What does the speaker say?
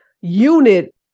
unit